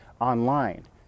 online